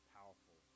powerful